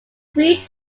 three